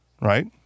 right